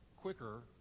quicker